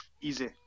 Easy